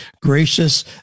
gracious